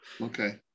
Okay